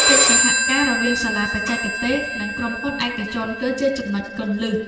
កិច្ចសហការរវាងសាលាបច្ចេកទេស និងក្រុមហ៊ុនឯកជនគឺជាចំណុចគន្លឹះ។